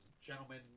gentlemen